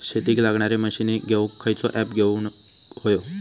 शेतीक लागणारे मशीनी घेवक खयचो ऍप घेवक होयो?